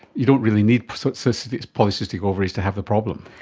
you don't really need so so so polycystic ovaries to have the problem.